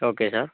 okay sir